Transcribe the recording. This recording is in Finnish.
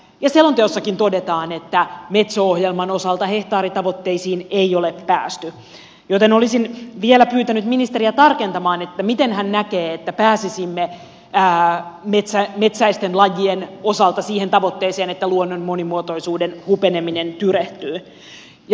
selonteossakin todetaan että metso ohjelman osalta hehtaaritavoitteisiin ei ole päästy joten olisin vielä pyytänyt ministeriä tarkentamaan miten hän näkee että pääsisimme metsäisten lajien osalta siihen tavoitteeseen että luonnon monimuotoisuuden hupeneminen tyrehtyy